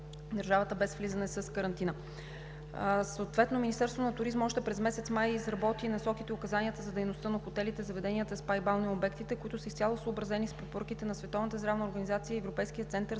отворена без влизане с карантина. Министерството на туризма още през месец май изработи насоките и указанията за дейността на хотелите, заведенията, спа и балнеообектите, които са изцяло съобразени с препоръките на Световната здравна организация и Европейския център